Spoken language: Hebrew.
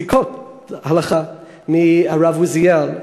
פסיקות הלכה מהרב עוזיאל,